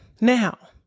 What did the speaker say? now